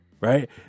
right